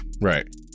Right